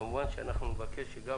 כמובן שאנחנו נבקש שגם